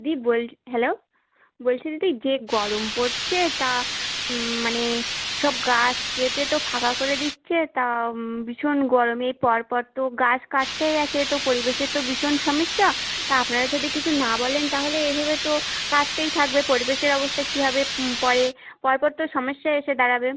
দি বোল হ্যালো বলছি দিদি যে গরম পড়ছে তা মানে সব গাছ কেটে তো ফাঁকা করে দিচ্ছে তা ভীষণ গরমে পরপর তো গাছ কাটতেই আছে তো পরিবেশের তো ভীষণ সমস্যা তা আপনারা যদি কিছু না বলেন তাহলে এভাবে তো কাটতেই থাকবে পরিবেশের অবস্থা কী হবে পরে পরপর তো সমস্যায় এসে দাঁড়াবে